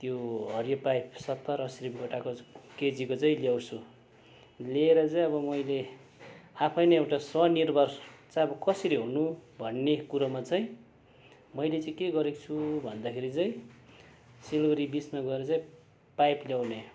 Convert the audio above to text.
त्यो हरियो पाइप सत्तर अस्सी रुपियाँ गोटाको केजीको चाहिँ ल्याउँछु ल्याएर चाहिँ अब मैले आफै नै एउटा स्वनिर्भर चाहिँ अब कसरी हुनु भन्ने कुरोमा मैले चाहिँ के गरेको छु भन्दाखेरि चाहिँ सिलगढी बिचमा गएर चाहिँ पाइप ल्याउने